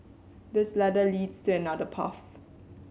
this ladder leads to another path